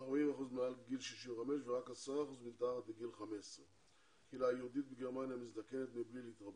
40% מעל גיל 65 ורק 10% מתחת לגיל 15. הקהילה היהודית בגרמניה מזדקנת מבלי להתרבות.